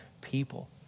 people